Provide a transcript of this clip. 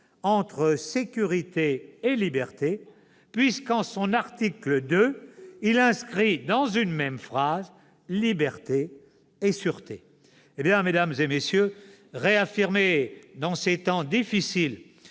entre sécurité et liberté, puisque, en son article II, il inscrit dans une même phrase liberté et sûreté.